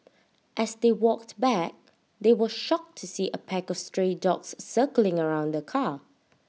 as they walked back they were shocked to see A pack of stray dogs circling around the car